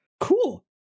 cool